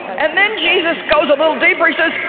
and then jesus goes a little deeper, he says,